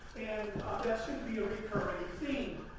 and that should be a recurring theme.